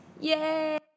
yay